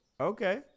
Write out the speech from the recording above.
okay